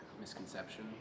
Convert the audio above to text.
misconception